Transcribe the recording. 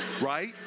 right